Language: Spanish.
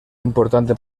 importante